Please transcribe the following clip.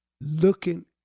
looking